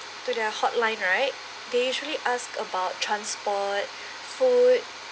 to their hotline right they actually asked about transport food